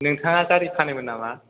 नोंथाङा गारि फोनोमोन नामा